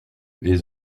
les